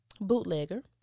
bootlegger